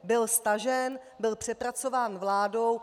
Byl stažen, přepracován vládou.